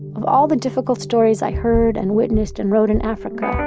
of all the difficult stories i heard and witnessed and wrote in africa,